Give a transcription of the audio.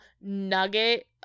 nugget